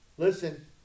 listen